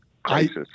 crisis